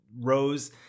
Rose